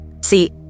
See